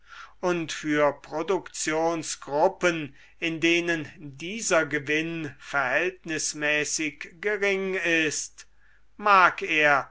und für produktionsgruppen in denen dieser gewinn verhältnismäßig gering ist mag er